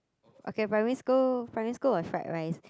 okay primary school primary school was fried rice